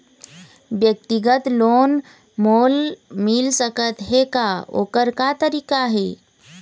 व्यक्तिगत लोन मोल मिल सकत हे का, ओकर का तरीका हे?